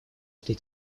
этой